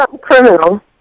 criminal